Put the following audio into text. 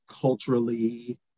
culturally